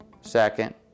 second